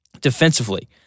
defensively